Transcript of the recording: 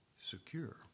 secure